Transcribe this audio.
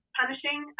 punishing